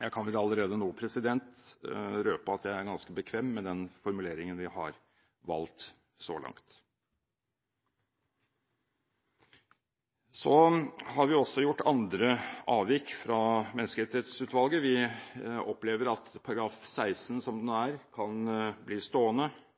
Jeg kan allerede nå røpe at jeg er ganske bekvem med den formuleringen vi har valgt så langt. Så har vi også gjort andre avvik fra Menneskerettighetsutvalget. Vi opplever at § 16 som den er, kan bli stående.